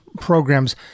programs